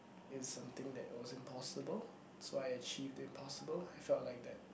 is something that was impossible so I achieved the impossible I felt like that